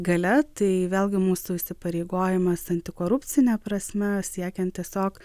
gale tai vėlgi mūsų įsipareigojimas antikorupcine prasme siekiant tiesiog